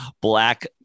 black